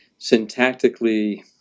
syntactically